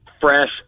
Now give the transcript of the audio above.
fresh